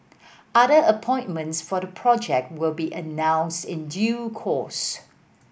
other appointments for the project will be announced in due course